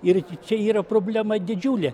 ir čia yra problema didžiulė